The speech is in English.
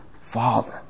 Father